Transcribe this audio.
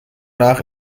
nach